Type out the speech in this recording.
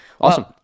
awesome